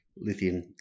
lithium